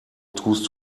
tust